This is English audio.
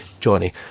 Johnny